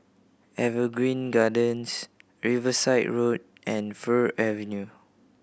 Evergreen Gardens Riverside Road and Fir Avenue